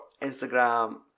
Instagram